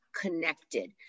connected